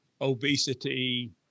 obesity